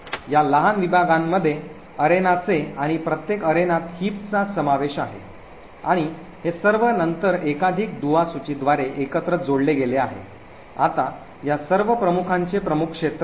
या लहान विभागांमध्ये अरेनाचे आणि प्रत्येक अरेनात हिपचा समावेश आहे आणि हे सर्व नंतर एकाधिक दुवा सूचीद्वारे एकत्र जोडले गेले आहे आता या सर्व प्रमुखांचे प्रमुख क्षेत्र आहे